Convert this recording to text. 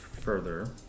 further